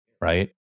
right